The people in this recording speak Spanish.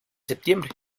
septiembre